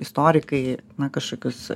istorikai na kažkokius